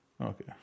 Okay